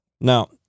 now